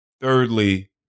thirdly